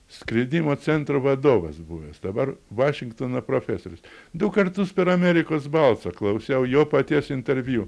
skridimo centro vadovas buvęs dabar vašingtono profesorius du kartus per amerikos balsą klausiau jo paties interviu